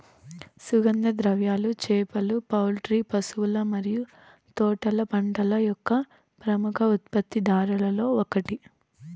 సుగంధ ద్రవ్యాలు, చేపలు, పౌల్ట్రీ, పశువుల మరియు తోటల పంటల యొక్క ప్రముఖ ఉత్పత్తిదారులలో ఒకటి